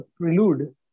prelude